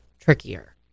trickier